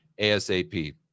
ASAP